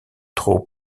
trop